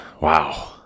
wow